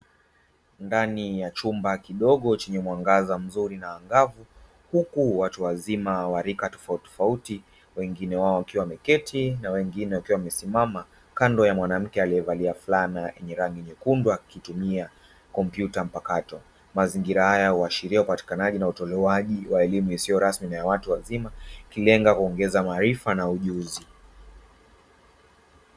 Ndani ya chumba kidogo chenye mwangaza mzuri na angavu, huku watu wazima wa rika tofautitofauti, wengine wao wakiwa wameketi na wengine wakiwa wamesimama, kando ya mwanamke aliyevalia fulana yenye rangi nyekundu akitumia kompyuta mpakato. Mazingira haya huashiria upatikanaji na utolewaji wa elimu isiyo rasmi na ya watu wazima, ikilenga kuongeza maarifa na ujuzi.